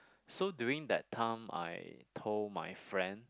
so during that time I told my friend